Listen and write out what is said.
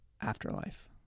afterlife